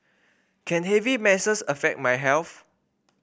can heavy menses affect my health